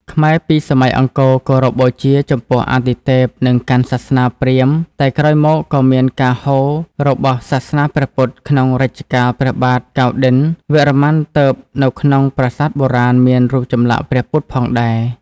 ខ្មែរពីសម័យអង្គរគោរពបូជាចំពោះអាទិទេពនិងកាន់សាសនាព្រាហ្មណ៍តែក្រោយមកក៏មានការហូររបស់សាសនាព្រះពុទ្ធក្នុងរជ្ជកាលព្រះបាទកៅឌិណ្ឌន្យវរ្ម័នទើបនៅក្នុងប្រាសាទបុរាណមានរូបចម្លាក់ព្រះពុទ្ធផងដែរ។